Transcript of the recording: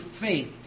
faith